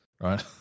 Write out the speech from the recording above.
right